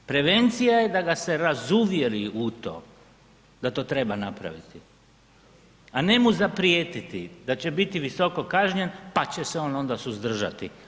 Prevencija je da ga se razuvjeri u to da to treba napraviti, a ne mu zaprijetiti da će biti visoko kažnjen pa će se on onda suzdržati.